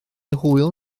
hwyl